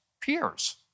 peers